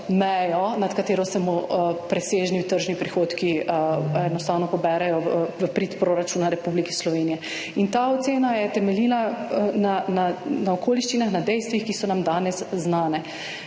mejo, nad katero se mu presežni tržni prihodki enostavno poberejo, v prid proračuna Republike Slovenije in ta ocena je temeljila na okoliščinah, na dejstvih, ki so nam danes znane.